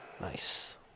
Nice